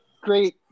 great